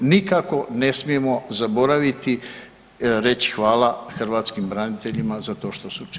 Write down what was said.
Nikako ne smijemo zaboraviti reći hvala hrvatskim braniteljima za to što su učinili.